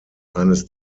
eines